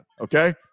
Okay